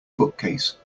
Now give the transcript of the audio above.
bookcase